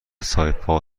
سایپا